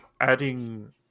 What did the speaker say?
adding